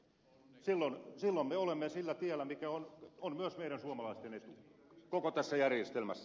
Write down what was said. silloin me olemme sillä tiellä mikä on myös meidän suomalaisten etu koko tässä järjestelmässä